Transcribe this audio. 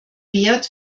währt